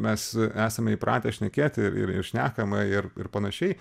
mes esame įpratę šnekėti ir ir ir šnekama ir ir panašiai